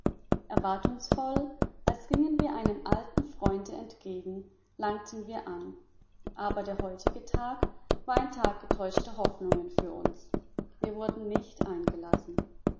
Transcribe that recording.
erwartungsvoll als gingen wir einem alten freunde entgegen langten wir an aber der heutige tag war ein tag getäuschter hoffnungen für uns wir wurden nicht